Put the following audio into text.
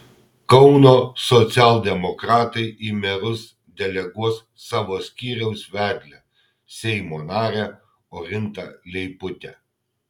kauno socialdemokratai į merus deleguos savo skyriaus vedlę seimo narę orintą leiputę